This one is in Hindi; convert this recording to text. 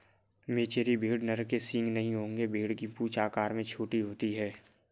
मेचेरी भेड़ नर के सींग नहीं होंगे भेड़ की पूंछ आकार में छोटी होती है